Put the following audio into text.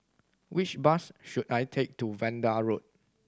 which bus should I take to Vanda Road